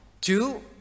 Two